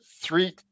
three